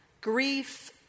grief